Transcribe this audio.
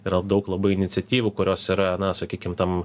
yra daug labai iniciatyvų kurios yra na sakykim tam